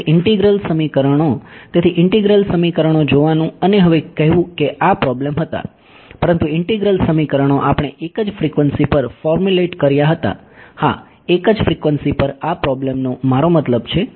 તેથી ઇન્ટિગ્રલ સમીકરણો તેથી ઇન્ટિગ્રલ સમીકરણો જોવાનું અને હવે કહેવું કે આ પ્રોબ્લેમ હતા પરંતુ ઇન્ટિગ્રલ સમીકરણો આપણે એક જ ફ્રીકવન્સી પર ફોર્મ્યુંલેટ કર્યા હતા હા એક જ ફ્રીકવન્સી પર આ પ્રોબ્લેમનો મારો મતલબ છે